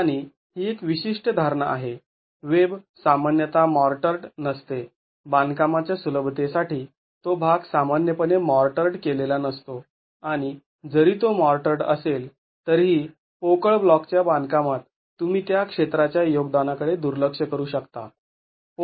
आणि ही एक विशिष्ट धारणा आहे वेब सामान्यतः मॉर्टर्ड नसते बांधकामाच्या सुलभतेसाठी तो भाग सामान्यपणे मॉर्टर्ड केलेला नसतो आणि जरी तो मॉर्टर्ड असेल तरीही पोकळ ब्लॉकच्या बांधकामात तुम्ही त्या क्षेत्राच्या योगदानाकडे दुर्लक्ष करू शकता